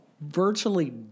virtually